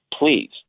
Please